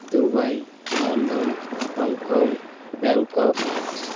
Dubai London Hong Kong Bangkok